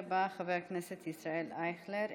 תודה רבה, חבר הכנסת ישראל אייכלר.